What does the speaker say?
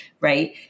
right